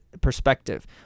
perspective